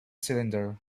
cylinder